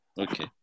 okay